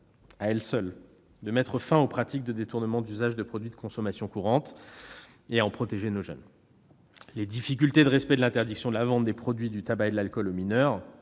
à elle seule, de mettre fin aux pratiques de détournement d'usage de produits de consommation courante et de protéger nos jeunes. Les difficultés de respect de l'interdiction de la vente des produits du tabac et de l'alcool aux mineurs,